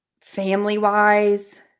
family-wise